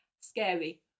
Scary